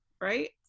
Right